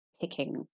picking